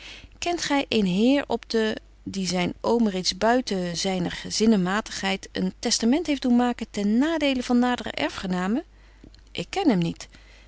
kent gy eenen heer op de die zyn oom reeds buiten zyner zinnenmagtigheid een testament heeft doen maken ten nadele van nadere erfgenamen ik ken hem niet